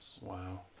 Wow